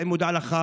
האם נודע לך?